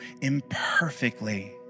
imperfectly